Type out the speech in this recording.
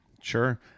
sure